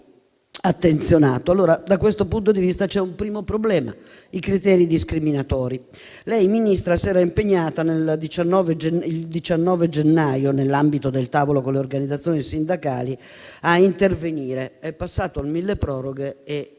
Da questo punto di vista c'è un primo problema: i criteri discriminatori. Lei, Ministra, si era impegnata il 19 gennaio, nell'ambito del tavolo con le organizzazioni sindacali, a intervenire. È passato il milleproroghe e